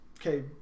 Okay